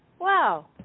Wow